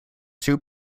two